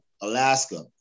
Alaska